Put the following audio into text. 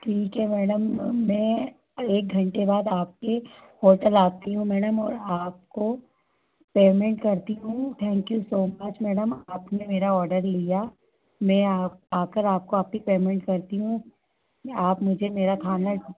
ठीक है मैडम मैं एक घंटे बाद आपके होटल आती हूँ मैडम और आपको पेमेंट करती हूँ thank you so much madam आपने मेरा ऑर्डर लिया मैं आ आकार आपको आपकी पेमेंट करती हूँ आप मुझे मेरा खाना